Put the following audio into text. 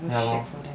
ya lor